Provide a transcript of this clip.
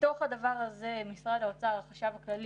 בתוך הדבר הזה, משרד האוצר, החשב הכללי,